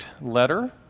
Letter